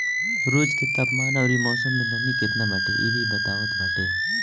रोज के तापमान अउरी मौसम में नमी केतना बाटे इ भी बतावत बाटे